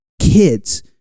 kids